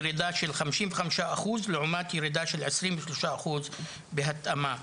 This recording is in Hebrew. ירידה של 55% לעומת ירידה של 23% בהתאמה.